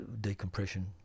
decompression